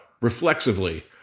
reflexively